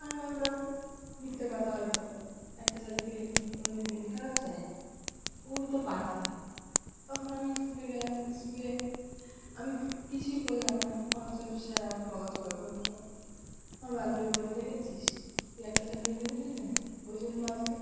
আমি ভাবলাম মিথ্যে কথা হয়তো একটা শালিক দেখলে কি কোনো দিন দিন খারাপ যায় ওগুলো তো পাখি তখন আমি ইস্কুলে গেলাম ইস্কুলে আমি কিছুই করলাম না অথচ স্যার আমাকে বকাঝকা করলো আমার বান্ধবী বললো দেখেছিস তুই একটা শালিক দেখেছিলিস না ওই জন্য আজকে